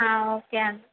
okay